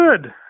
good